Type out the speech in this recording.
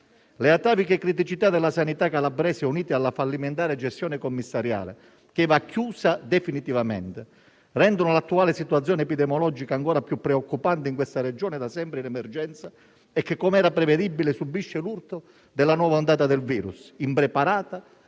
Le ataviche criticità della sanità calabrese, unite alla fallimentare gestione commissariale, che va chiusa definitivamente, rendono l'attuale situazione epidemiologica ancora più preoccupante in questa Regione da sempre in emergenza e che, com'era prevedibile, subisce l'urto della nuova ondata del virus, impreparata